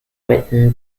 written